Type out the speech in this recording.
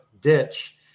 ditch